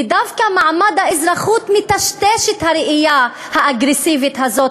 ודווקא מעמד האזרחות מטשטש את הראייה האגרסיבית הזאת,